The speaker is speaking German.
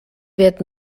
wird